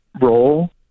role